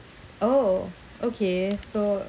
oh okay so